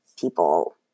people